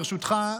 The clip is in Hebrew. ברשותך,